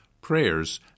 prayers